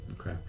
Okay